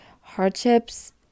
hardships